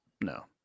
No